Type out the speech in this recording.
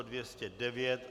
209.